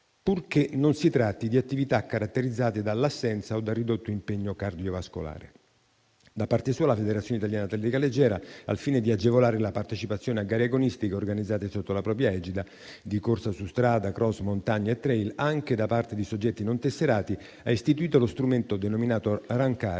purché non si tratti di attività caratterizzate dall'assenza o dal ridotto impegno cardiovascolare. Da parte sua la Federazione italiana di atletica leggera al fine di agevolare la partecipazione a gare agonistiche organizzate sotto la propria egida di corsa su strada, *cross*, montagna e *trail* anche da parte di soggetti non tesserati ha istituito lo strumento denominato